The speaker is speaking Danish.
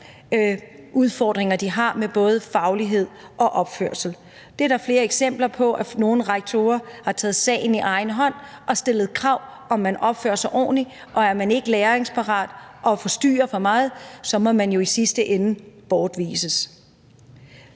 udfordringer, de har med både faglighed og opførsel. Der er flere eksempler på, at nogle rektorer har taget sagen i egen hånd og stillet krav om, at man opfører sig ordentligt, og er man ikke læringsparat, og forstyrrer man for meget, må man jo i sidste ende bortvises.